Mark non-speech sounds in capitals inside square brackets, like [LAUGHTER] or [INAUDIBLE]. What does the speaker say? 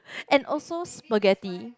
[BREATH] and also spaghetti